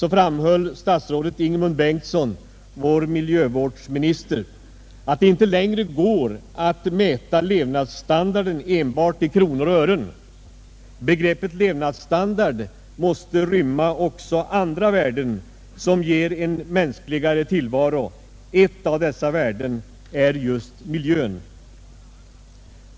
son, vår miljövårdsminister, att det inte längre går att mäta levnadsstandarden enbart i kronor och ören. Begreppet levnadsstandard måste rymma också andra värden som ger en mänskligare tillvaro. Ett av dessa värden är just miljön.